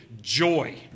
joy